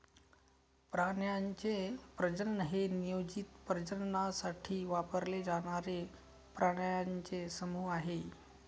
प्राण्यांचे प्रजनन हे नियोजित प्रजननासाठी वापरले जाणारे प्राण्यांचे समूह आहे